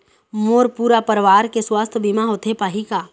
मोर पूरा परवार के सुवास्थ बीमा होथे पाही का?